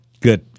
Good